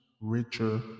richer